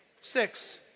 six